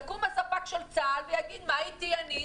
יקום הספק של צה"ל ויגיד, מה איתי אני?